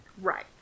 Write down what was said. Right